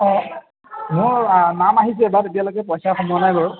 অঁ মোৰ নাম আহিছে বাট এতিয়ালৈকে পইচা সোমোৱা নাই বাৰু